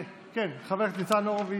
השר ניצן הורוביץ,